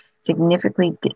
significantly